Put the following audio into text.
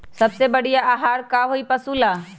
सबसे बढ़िया आहार का होई पशु ला?